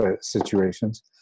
situations